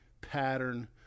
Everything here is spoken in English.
pattern